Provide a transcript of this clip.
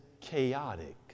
chaotic